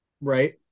Right